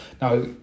Now